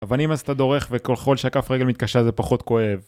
אבל אם אז אתה דורך וככל שכף הרגל מתקשה זה פחות כואב